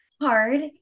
hard